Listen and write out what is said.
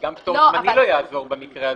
אז גם פטור זמני לא יעזור במקרה הזה.